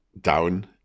down